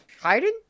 Hiding